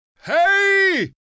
Hey